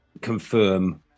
confirm